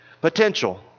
Potential